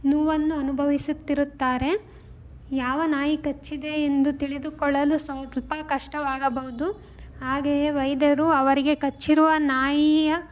ನೋವನ್ನು ಅನುಭವಿಸುತ್ತಿರುತ್ತಾರೆ ಯಾವ ನಾಯಿ ಕಚ್ಚಿದೆ ಎಂದು ತಿಳಿದುಕೊಳ್ಳಲು ಸ್ವಲ್ಪ ಕಷ್ಟವಾಗಬೌದು ಹಾಗೆಯೇ ವೈದ್ಯರು ಅವರಿಗೆ ಕಚ್ಚಿರುವ ನಾಯಿಯ